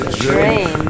dream